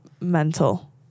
mental